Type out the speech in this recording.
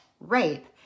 rape